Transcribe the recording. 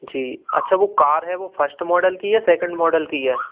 जी अच्छा वह कार है वह फश्ट मॉडल की है सैकिंड मॉडल की है